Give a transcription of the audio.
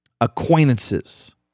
Acquaintances